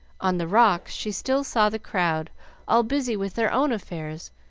on the rocks she still saw the crowd all busy with their own affairs,